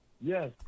yes